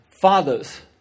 fathers